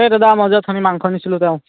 এই দাদা মই যে অথনি মাংস নিছিলোঁ তেওঁ